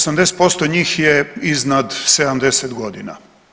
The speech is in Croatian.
80% njih je iznad 70 godina.